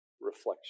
Reflection